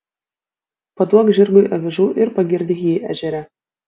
paduok žirgui avižų ir pagirdyk jį ežere